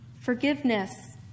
Forgiveness